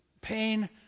pain